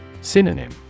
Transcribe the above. Synonym